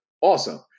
awesome